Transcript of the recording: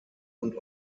und